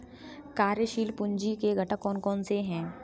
कार्यशील पूंजी के घटक कौन कौन से हैं?